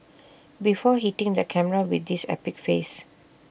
before hitting the camera with this epic face